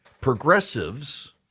progressives